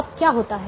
अब क्या होता है